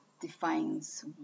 defines